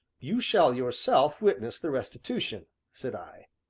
you shall yourself witness the restitution, said i,